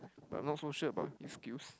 but I'm not so sure about his skills